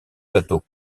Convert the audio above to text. plateau